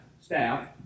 staff